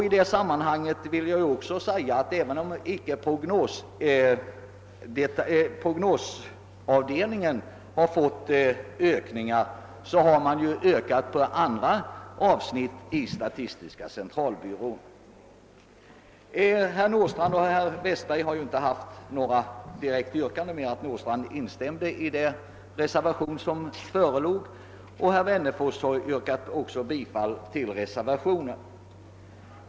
I detta sammanhang vill jag också påpeka att även om prognosavdelningen inte har fått någon utökning, har andra avdelningar inom statistiska centralbyrån utökats. Herrar Nordstrandh och Wennerfors har inte ställt några andra direkta yrkanden än om bifall till reservationen.